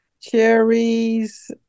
cherries